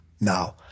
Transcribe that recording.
Now